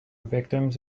victims